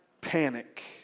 panic